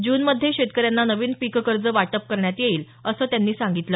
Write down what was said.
जुनमध्ये शेतकऱ्यांना नवीन पिककर्ज वाटप करण्यात येईल असं त्यांनी सांगितलं